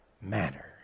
manner